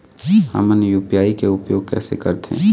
हमन यू.पी.आई के उपयोग कैसे करथें?